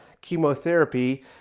chemotherapy